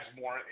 more